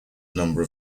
number